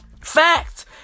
Fact